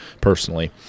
personally